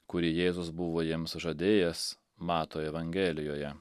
kurį jėzus buvo jiems žadėjęs mato evangelijoje